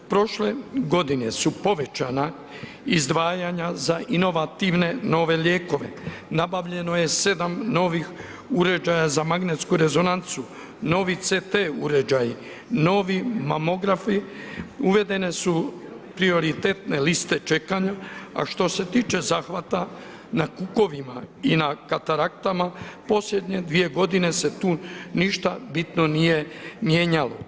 Prošle godine su povećana izdvajanja za inovativne nove lijekove, nabavljeno je 7 novih uređaja za magnetsku rezonancu, novi CT uređaji, novi mamografi, uvedene su prioritetne liste čekanja, a što se tiče zahvata na kukovima i na karaktama, posljednje dvije godine se tu ništa bitno nije mijenjalo.